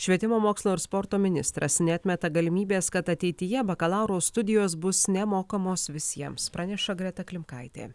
švietimo mokslo ir sporto ministras neatmeta galimybės kad ateityje bakalauro studijos bus nemokamos visiems praneša greta klimkaitė